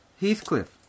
Heathcliff